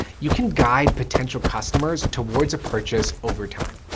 you can guide potential customers towards a purchase over time.